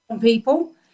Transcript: people